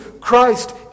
Christ